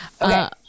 Okay